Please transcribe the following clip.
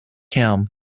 him